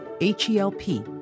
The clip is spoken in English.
H-E-L-P